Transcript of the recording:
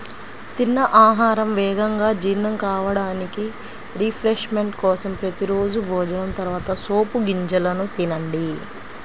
తిన్న ఆహారం వేగంగా జీర్ణం కావడానికి, రిఫ్రెష్మెంట్ కోసం ప్రతి రోజూ భోజనం తర్వాత సోపు గింజలను తినండి